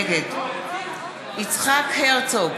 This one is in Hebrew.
נגד יצחק הרצוג,